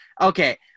Okay